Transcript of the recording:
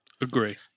Agree